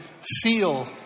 feel